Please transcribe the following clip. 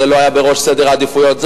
זה לא היה בראש סדר העדיפויות.